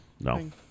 No